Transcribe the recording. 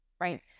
right